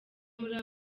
muri